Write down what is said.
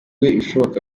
ibishoboka